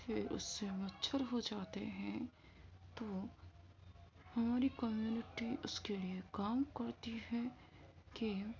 کہ اس سے مچھر ہو جاتے ہیں تو ہماری کمیونیٹی اس کے لیے کام کرتی ہے کہ